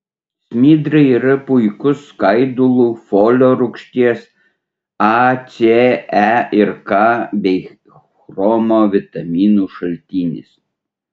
smidrai yra puikus skaidulų folio rūgšties a c e ir k bei chromo vitaminų šaltinis